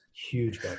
huge